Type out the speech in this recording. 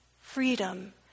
freedom